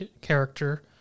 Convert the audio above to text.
character